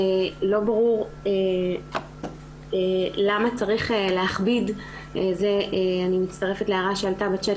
לא ברור למה צריך להכביד בתסקיר אני מצטרפת להערה שעלתה בצ'אט